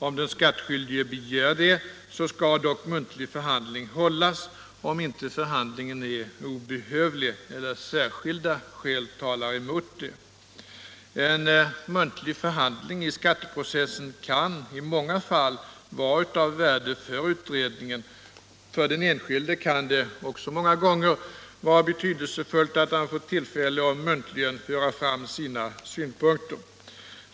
Om den skattskyldige begär det skall dock muntlig förhandling hållas om inte förhandlingen är obehövlig eller särskilda skäl talar mot det. En muntlig förhandling i skatteprocessen kan i många fall vara av värde för utredningen. För den enskilde kan det också många gånger vara betydelsefullt att han får tillfälle att muntligen föra fram sina synpunkter.